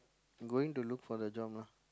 going to look for the job ah